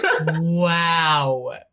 wow